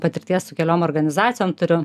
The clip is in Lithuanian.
patirties su keliom organizacijom turiu